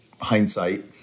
hindsight